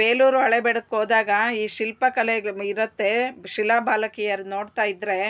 ಬೇಲೂರು ಹಳೇಬೀಡಕ್ ಹೋದಾಗ ಈ ಶಿಲ್ಪಕಲೆಗಳು ಇರುತ್ತೇ ಶಿಲಾಬಾಲಕಿಯರು ನೋಡ್ತಾಯಿದ್ರೆ